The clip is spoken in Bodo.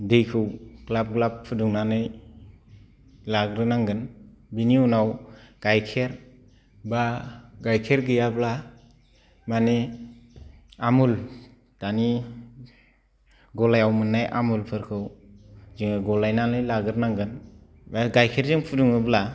दैखौ ग्लाब ग्लाब फुदुंनानै लाग्रोनांगोन बिनि उनाव गाइखेर बा गाइखेर गैयाब्ला माने आमुल दानि गलायाव मोननाय आमुलफोरखौ जोङो गलायनानै लाग्रोनांगोन बा गाइखेरजों फुदुङोब्ला